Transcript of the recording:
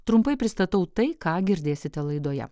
trumpai pristatau tai ką girdėsite laidoje